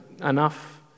enough